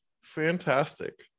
fantastic